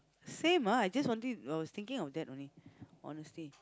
same ah I just wanting I was thinking of that only honestly